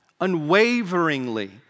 unwaveringly